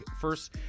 First